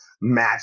match